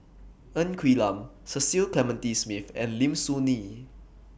Ng Quee Lam Cecil Clementi Smith and Lim Soo Ngee